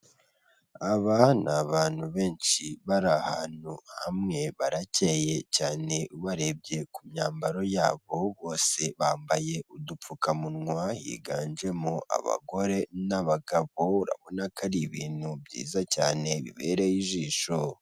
Aba ni abantu benshi bari ahantu hamwe baracyeye cyane, ubarebye ku myambaro yabo bose bambaye udupfukamunwa higanjemo abagore n'abagabo, urababona ko ari ibintu byiza cyane bibereye ijisho.